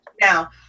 Now